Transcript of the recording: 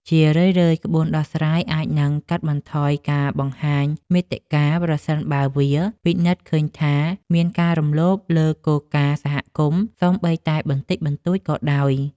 ជារឿយៗ ក្បួនដោះស្រាយអាចនឹងកាត់បន្ថយការបង្ហាញមាតិកា ប្រសិនបើវាពិនិត្យឃើញថាមានការរំលោភលើគោលការណ៍សហគមន៍ សូម្បីតែបន្តិចបន្តួចក៏ដោយ។